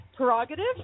prerogative